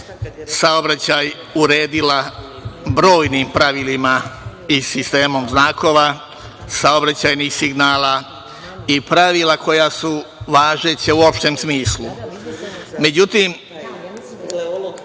saobraćaj uredila brojnim pravilima i sistemom znakova, saobraćajnih signala i pravila koja su važeća u opštem smislu. Međutim,